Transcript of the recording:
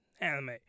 anime